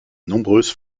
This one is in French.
nombreuse